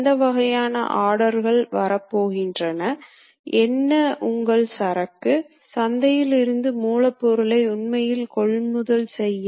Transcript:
குறைபாடுகள் என்னவென்றால் துல்லியம் வேண்டுமென்றால் இந்த இயந்திரங்கள் மிகவும் விலை உயர்ந்தவை ஆக இருக்கும்